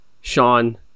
Sean